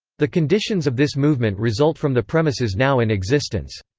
the conditions of this movement result from the premises now in existence.